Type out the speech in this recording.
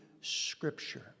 Scripture